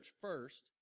first